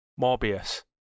morbius